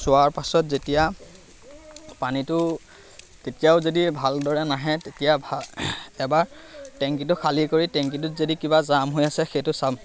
চোৱাৰ পাছত যেতিয়া পানীটো কেতিয়াও যদি ভালদৰে নাহে তেতিয়া এবাৰ টেংকিটো খালী কৰি টেংকিটোত যদি কিবা জাম হৈ আছে সেইটো চাম